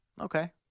Okay